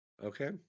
Okay